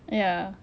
ya